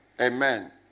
Amen